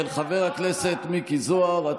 של חבר הכנסת מיקי זוהר.